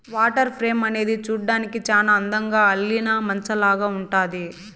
water frame అనేది చూడ్డానికి చానా అందంగా అల్లిన మంచాలాగా ఉంటుంది